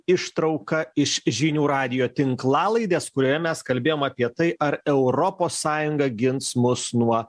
ištrauka iš žinių radijo tinklalaidės kurioje mes kalbėjom apie tai ar europos sąjunga gins mus nuo